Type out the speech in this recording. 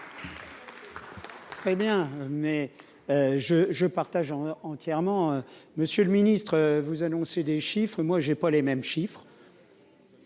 Hé bien, mais je je partage entièrement monsieur le Ministre, vous annoncez des chiffres et moi j'ai pas les mêmes chiffres,